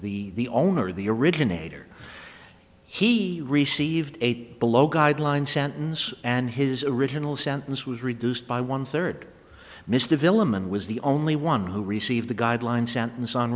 the owner the originator he received eight below guideline sentence and his original sentence was reduced by one third missed of ilam and was the only one who received the guideline sentence on